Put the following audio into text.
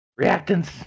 reactants